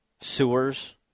sewers